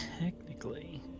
technically